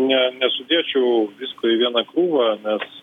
ne nesudėčiau visko į vieną krūvą nes